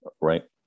right